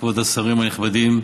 כבוד השרים הכבדים,